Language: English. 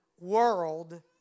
world